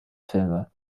filme